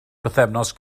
bythefnos